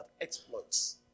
exploits